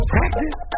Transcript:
Practice